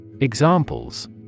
Examples